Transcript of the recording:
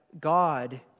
God